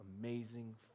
amazing